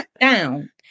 down